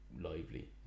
lively